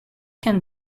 can